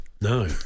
No